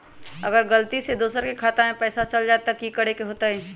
अगर गलती से दोसर के खाता में पैसा चल जताय त की करे के होतय?